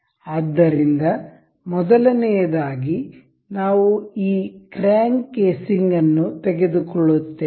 ಆದ್ದರಿಂದ ಮೊದಲನೆಯದಾಗಿ ನಾವು ಈ ಕ್ರ್ಯಾಂಕ್ ಕೇಸಿಂಗ್ ಅನ್ನು ತೆಗೆದುಕೊಳ್ಳುತ್ತೇವೆ